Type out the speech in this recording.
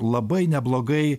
labai neblogai